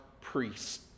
priests